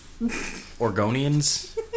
Orgonians